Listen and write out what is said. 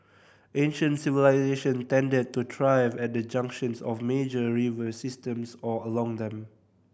ancient civilisation tended to thrive at the junctions of major river systems or along them